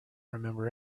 remember